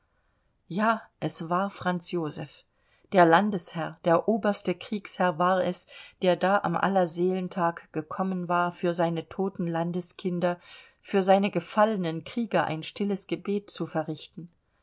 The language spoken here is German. ja es war franz joseph der landesherr der oberste kriegsherr war es der da am allerseelentag gekommen war für seine toten landeskinder für seine gefallenen krieger ein stilles gebet zu verrichten